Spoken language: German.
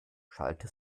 schallte